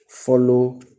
Follow